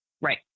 Right